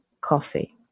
coffee